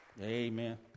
Amen